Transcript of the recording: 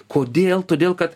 kodėl todėl kad